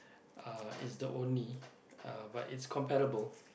uh it's the only uh but it's comparable